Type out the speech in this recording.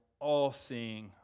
all-seeing